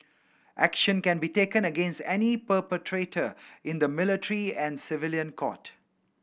action can be taken against any perpetrator in the military and civilian court